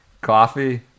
Coffee